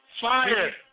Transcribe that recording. fire